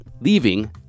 leaving